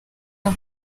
aho